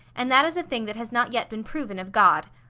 and that is a thing that has not yet been proven of god.